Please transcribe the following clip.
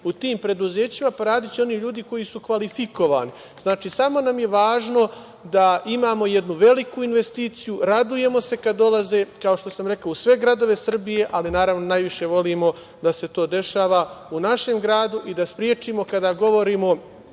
u tim preduzećima? Radiće oni ljudi koji su kvalifikovani. Znači, samo nam je važno da imamo jednu veliku investiciju, radujemo se kada dolaze, kao što sam rekao, u sve gradove Srbije, ali naravno, najviše volimo da se to dešava u našem gradu i da sprečimo kada govorimo